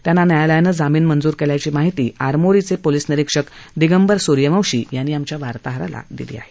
त्यांना न्यायालयानं जामीन मंजूर केल्याची माहिती आरमोरीचे पोलीस निरिक्षक दिगंबर स्र्यवंशी यांनी आमच्या वार्ताहरांना दिली आहे